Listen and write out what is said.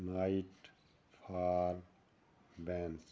white for beans